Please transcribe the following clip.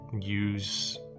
use